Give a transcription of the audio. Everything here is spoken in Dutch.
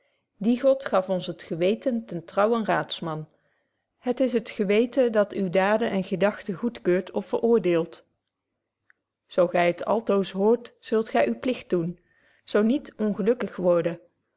die god gaf ons het geweten ten trouwen raadsman het is het geweten dat uwe daden en gedagten goedkeurt of veroordeeld zo gy het altoos hoort zult gy uwen plicht doen zo niet ongelukkig worden